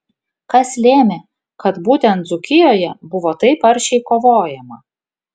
kas lėmė kad būtent dzūkijoje buvo taip aršiai kovojama